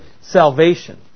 salvation